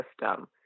system